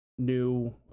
new